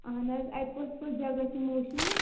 اہن حظ اَتہِ کۄس کۄس جَگہ چھِ مشہوٗر